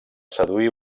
seduir